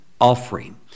offering